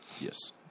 Yes